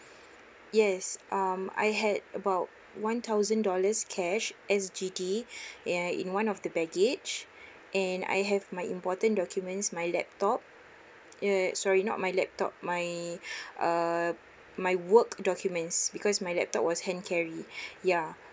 yes um I had about one thousand dollars cash S_G_D uh in one of the baggage and I have my important documents my laptop eh sorry not my laptop my uh my work documents because my laptop was hand carry ya